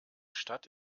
stadt